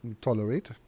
tolerate